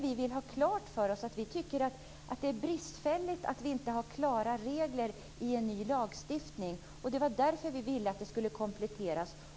Vi vill bara göra klart att det är bristfälligt att inte ha klara regler i en ny lagstiftning. Det var därför som vi ville att den skulle kompletteras.